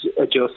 adjust